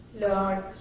Lord